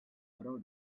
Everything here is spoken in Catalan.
prou